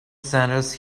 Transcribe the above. sandals